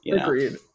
Agreed